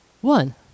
One